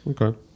Okay